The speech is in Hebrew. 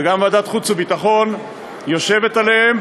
וגם ועדת חוץ וביטחון יושבת עליהם,